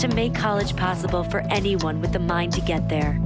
to make college possible for anyone with a mind to get there